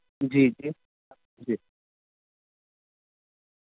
جی جی جی